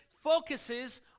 focuses